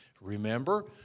Remember